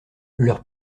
leurs